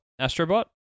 Astrobot